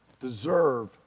deserve